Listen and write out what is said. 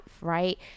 right